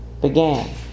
began